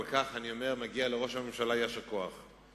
על כך אני אומר שמגיע לראש הממשלה יישר כוח.